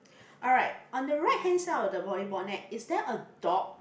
alright on the right hand side of the volleyball net is there a dog